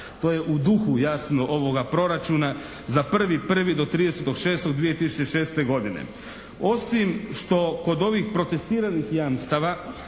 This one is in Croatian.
To je u duhu jasno ovoga proračuna za 01.01. – 30.06.2006. godine. Osim što kod ovih protestiranih jamstava